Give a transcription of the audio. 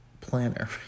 planner